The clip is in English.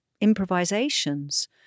improvisations